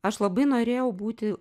aš labai norėjau būti